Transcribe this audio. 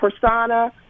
persona